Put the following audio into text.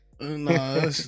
No